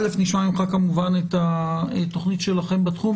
א', נשמע ממך כמובן את התוכנית שלכם בתחום.